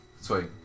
sweet